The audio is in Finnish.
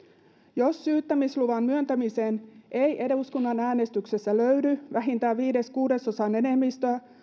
jos syyttämisluvan myöntämiseen ei eduskunnan äänestyksessä löydy vähintään viiden kuudesosan enemmistöä